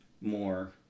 more